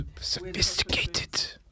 sophisticated